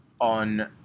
on